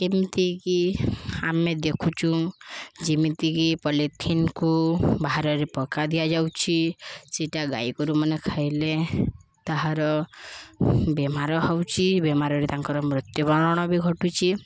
କେମିତିକି ଆମେ ଦେଖୁଛୁଁ ଯେମିତିକି ପଲିଥିନକୁ ବାହାରରେ ପକା ଦିଆଯାଉଛି ସେଇଟା ଗାଈଗୋରୁ ମାନେ ଖାଇଲେ ତାହାର ବେମାର ହେଉଛି ବେମାରରେ ତାଙ୍କର ମୃତ୍ୟୁବରଣ ବି ଘଟୁଛି